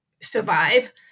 survive